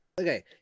Okay